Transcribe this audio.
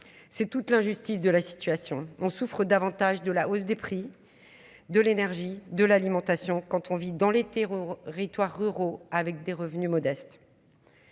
c'est toute l'injustice de la situation en souffrent davantage de la hausse des prix de l'énergie, de l'alimentation quand on vit dans l'hétéro ridoirs euros avec des revenus modestes,